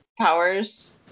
powers